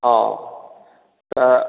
हँ तऽ